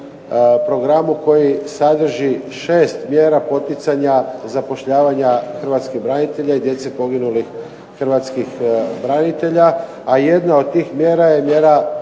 programu koji sadrži šest mjera poticanja zapošljavanja hrvatskih branitelja i djece poginulih hrvatskih branitelja, a jedna od tih mjera je mjera